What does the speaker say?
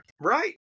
Right